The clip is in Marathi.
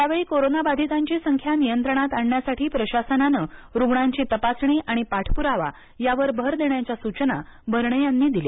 यावेळी कोरोनाबाधितांची संख्या नियंत्रणात आणण्यासाठी प्रशासनानं रुग्णांची तपासणी आणि पाठपुरावा यावर भर देण्याच्या सूचना भरणे यांनी दिल्या